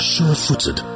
Sure-footed